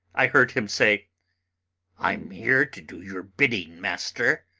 i heard him say i am here to do your bidding, master.